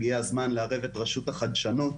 הגיע הזמן לערב את רשות החדשנות.